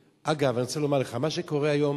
אגב, אני רוצה לומר לך: מה שקורה היום